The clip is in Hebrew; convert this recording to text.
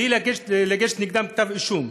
בלי להגיש נגדם כתב אישום.